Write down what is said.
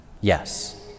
Yes